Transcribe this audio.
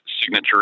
signature